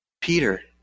Peter